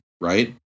right